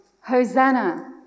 Hosanna